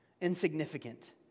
Insignificant